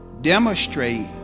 demonstrate